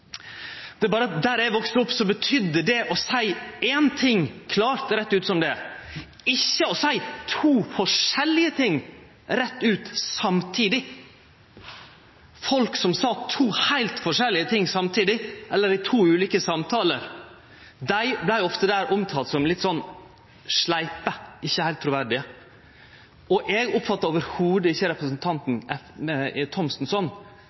Det er berre det at der eg vaks opp, betydde det å seie ein ting rett ut som det er, ikkje å seie to forskjellige ting rett ut samtidig. Folk som sa to heilt forskjellige ting i to ulike samtaler, vart omtala som litt sleipe, som ikkje heilt truverdige. Eg oppfattar over hovudet ikkje representanten